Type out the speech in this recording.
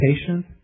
patient